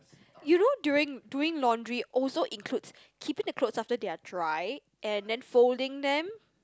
you know during doing laundry also includes keeping the clothes after they are dry and then folding them